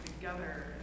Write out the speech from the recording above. together